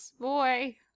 Boy